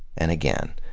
and again,